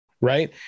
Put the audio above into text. Right